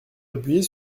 appuyer